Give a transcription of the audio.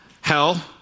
hell